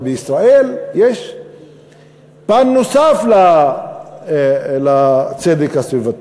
אבל בישראל יש פן נוסף לצדק הסביבתי.